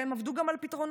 והם עבדו גם על פתרונות.